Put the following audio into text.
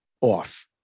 off